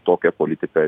tokią politiką